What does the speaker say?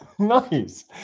Nice